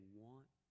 want